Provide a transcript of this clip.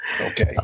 Okay